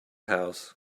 house